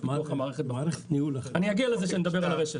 אני אגיע לזה כשנדבר על הרשת.